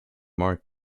mark